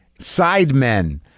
Sidemen